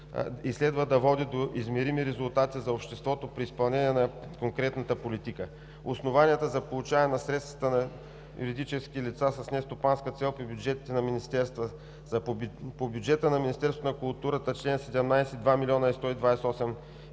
и следва да води до измерими резултати за обществото при изпълнението на конкретна политика. Основания за получаване на средства на юридическите лица с нестопанска цел по бюджетите на министерствата: - по бюджета на Министерството на културата (чл. 17) – 2,128 млн.